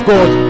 God